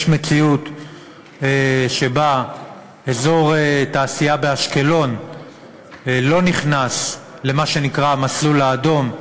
יש מציאות שבה אזור תעשייה באשקלון לא נכנס למה שנקרא "המסלול האדום"